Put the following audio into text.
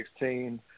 2016